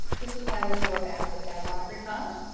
this is how we'd go about it with our library card.